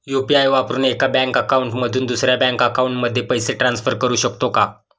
UPI वापरून एका bank account मधून दुसऱ्या बँक अकाउंटमध्ये पैसे ट्रान्सफर करू शकतो का?